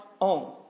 own